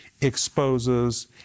exposes